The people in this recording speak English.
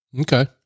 Okay